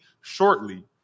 shortly